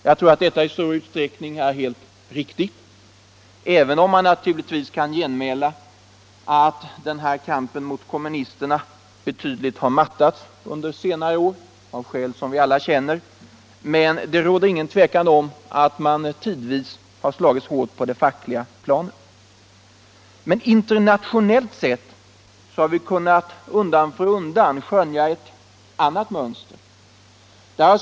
Jag tror att det i huvudsak är riktigt, även om den invändningen naturligtvis kan göras att kampen mot kommunisterna av skäl som alla känner betydligt har mattats under senare år. Det råder emellertid inget tvivel om att man tidvis har slagits hårt på det fackliga planet. Men internationellt har vi undan för undan kunnat skönja ett annat mönster.